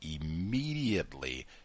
immediately